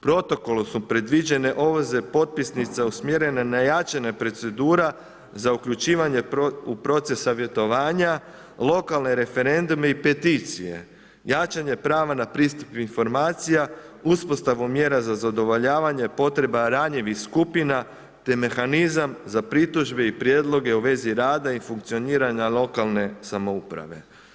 Protokolom su predviđene … potpisnica usmjerene na jačanje procedura za uključivanje u proces savjetovanja, lokalne referendume i peticije, jačanje prava na pristup informacija, uspostavu mjere za zadovoljavanje potreba ranjivih skupina i mehanizam za pritužbe i prijedloge u vezi rada i funkcioniranje lokalne samouprave.